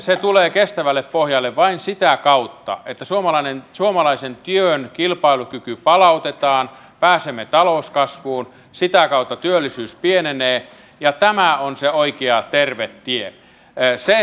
se tulee kestävälle pohjalle vain sitä kautta että suomalaisen työn kilpailukyky palautetaan pääsemme talouskasvuun sitä kautta työllisyys pienenee ja tämä on se oikea terve tie